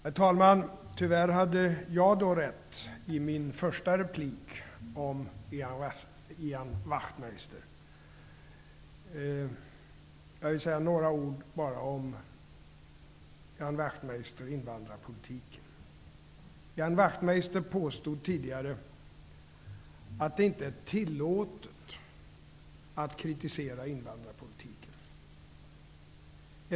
Herr talman! Tyvärr hade jag rätt i min första replik om Ian Wachtmeister. Jag vill säga några ord om Ian Wachtmeister påstod tidigare att det inte är tillåtet att kritisera invandrarpolitiken.